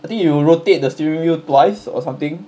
I think you will rotate the steering wheel twice or something